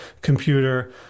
computer